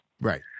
Right